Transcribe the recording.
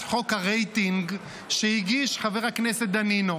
חוק הרייטינג שהגיש חבר הכנסת דנינו.